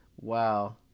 Wow